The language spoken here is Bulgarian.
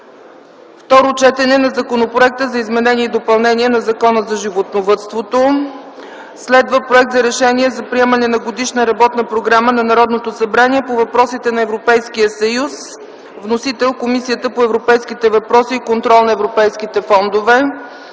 Второ четене на законопроекта за изменение и допълнение на Закона за животновъдството. 6. Проект за решение за приемане на Годишна работна програма на Народното събрание по въпросите на Европейския съюз. Вносител: Комисията по европейските въпроси и контрол на европейските фондове.